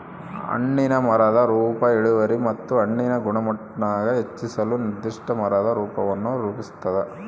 ಹಣ್ಣಿನ ಮರದ ರೂಪ ಇಳುವರಿ ಮತ್ತು ಹಣ್ಣಿನ ಗುಣಮಟ್ಟಾನ ಹೆಚ್ಚಿಸಲು ನಿರ್ದಿಷ್ಟ ಮರದ ರೂಪವನ್ನು ರೂಪಿಸ್ತದ